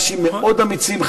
אנשים מאוד אמיצים,